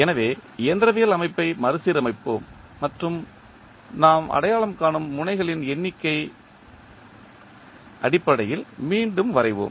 எனவே இயந்திரவியல் அமைப்பை மறுசீரமைப்போம் மற்றும் நாம் அடையாளம் காணும் முனைகளின் எண்ணிக்கையின் அடிப்படையில் மீண்டும் வரைவோம்